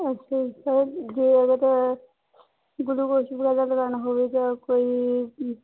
okay sir ਜੇ ਅਗਰ glucose ਵਗੈਰਾ ਲਗਾਉਣਾ ਹੋਵੇ ਤਾਂ ਕੋਈ